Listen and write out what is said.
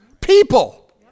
people